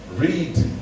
read